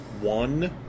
one